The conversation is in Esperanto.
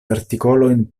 artikolojn